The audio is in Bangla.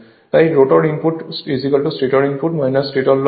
তাই rotor input stator input stator লসের হয়